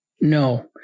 No